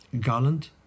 Garland